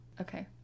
Okay